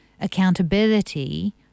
accountability